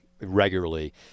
regularly